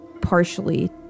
partially